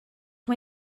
mae